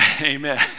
Amen